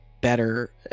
better